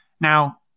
Now